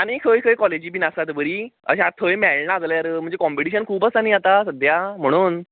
आनी खंय खंय कॉलेजी बीन आसात बरी अशें आतां थंय मेळ्ळें नाजाल्यार म्हणजे कोम्पीटीशन खूब आसा न्ही आतां सद्या म्हणून